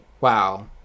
Wow